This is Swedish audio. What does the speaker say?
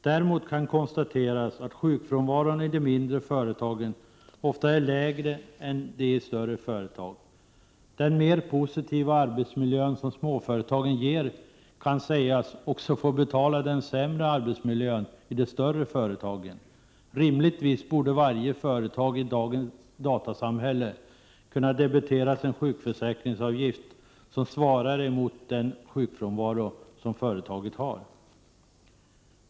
Däremot kan det konstateras att sjukfrånvaron i de mindre företagen ofta är lägre än i de större företagen. Den mer positiva arbetsmiljö som småföretagen ger kan därmed sägas också få betala den sämre arbetsmiljön i de större företagen. Rimligtvis borde varje företag i dagens datasamhälle kunna debiteras en sjukförsäkringsavgift som svarar mot den sjukfrånvaro som företaget har.